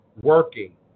working